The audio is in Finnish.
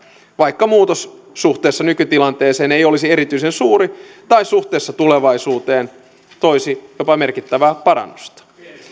vaikka muutos suhteessa nykytilanteeseen ei olisi erityisen suuri tai suhteessa tulevaisuuteen toisi jopa merkittävää parannusta